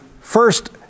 first